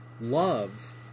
love